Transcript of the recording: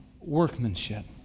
workmanship